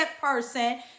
person